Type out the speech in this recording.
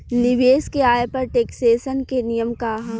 निवेश के आय पर टेक्सेशन के नियम का ह?